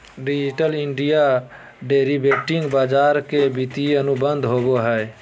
digital India derivative बाजार के वित्तीय अनुबंध होबो हइ